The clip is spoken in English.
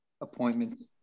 Appointments